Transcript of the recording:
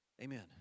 Amen